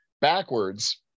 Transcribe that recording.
backwards